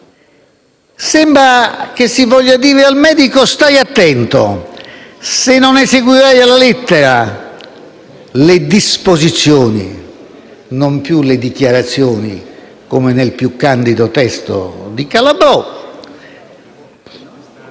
Sembra che si voglia dire al medico di stare attento perché se non eseguirà alla lettera le disposizioni (non più le dichiarazioni, come nel più candido testo di Calabrò),